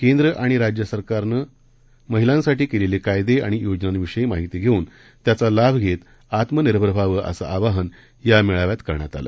केंद्र आणि राज्य सरकारनं महिलांसाठी केलेले कायदे आणि योजनांविषयी माहिती घेऊन त्याचा लाभ घेत आत्मनिर्भर व्हावं असं आवाहन या मेळाव्यात करण्यात आलं